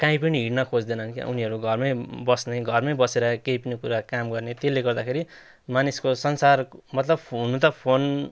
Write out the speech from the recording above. काहीँ पनि हिँड्न खेज्दैनन् के उनीहरू घरमै बस्ने घरमै बसेर केही पनि कुरा काम गर्ने त्यसले गर्दाखेरि मानिसको संसार मतलब फोन हुनु त फोन